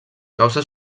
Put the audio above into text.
causa